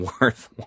worth